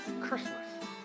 Christmas